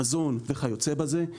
מזון וכיוצא בזה.